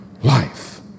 life